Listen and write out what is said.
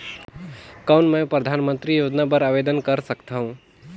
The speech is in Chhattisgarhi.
कौन मैं परधानमंतरी योजना बर आवेदन कर सकथव?